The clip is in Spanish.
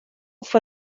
fue